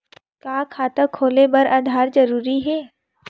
का खाता खोले बर आधार जरूरी हे?